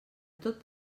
tot